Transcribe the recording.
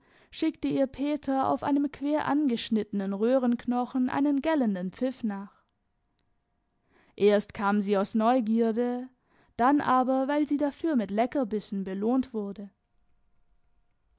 schickte ihr peter auf einem quer angeschnittenen röhrenknochen einen gellenden pfiff nach erst kam sie aus neugierde dann aber weil sie dafür mit leckerbissen belohnt wurde